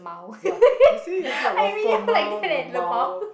ya you see have like roflmao lmao